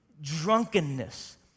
drunkenness